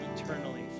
Eternally